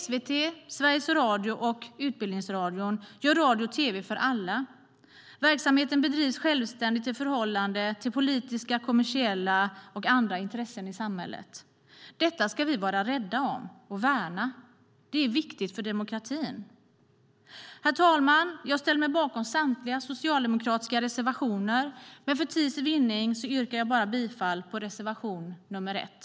SVT, Sveriges Radio och Utbildningsradion gör radio och tv för alla. Verksamheten bedrivs självständigt i förhållande till politiska, kommersiella och andra intressen i samhället. Detta ska vi vara rädda om och värna. Det är viktigt för demokratin. Herr talman! Jag ställer mig bakom samtliga socialdemokratiska reservationer, men för tids vinnande yrkar jag bifall bara till reservation nr 1.